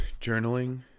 journaling